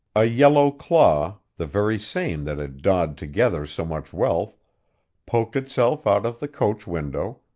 a yellow claw the very same that had dawed together so much wealth poked itself out of the coach-window,